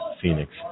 Phoenix